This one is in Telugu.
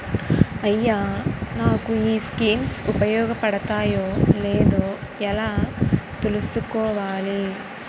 అయ్యా నాకు ఈ స్కీమ్స్ ఉపయోగ పడతయో లేదో ఎలా తులుసుకోవాలి?